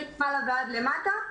מלמעלה ועד למטה,